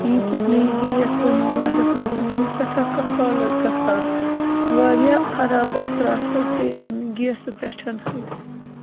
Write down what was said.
ییٖتِس نہٕ یہِ گیس اوٚنُم وَنٛدَس منٛز حظ چھَم سٮ۪ٹھاہ کَفالت گژھان واریاہ خراب اَثرات حظ پیہِ اَمہِ گیسہٕ پٮ۪ٹھ حظ